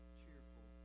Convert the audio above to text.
cheerful